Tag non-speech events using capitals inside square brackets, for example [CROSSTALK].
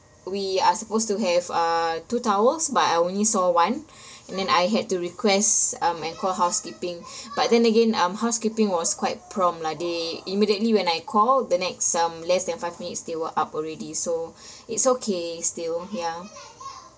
we are supposed to have uh two towels but I only saw one [BREATH] and then I had to request um and call housekeeping [BREATH] but then again um housekeeping was quite prompt lah they immediately when I called the next um less than five minutes they were up already so [BREATH] it's okay still ya